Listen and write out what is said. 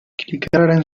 kilkerraren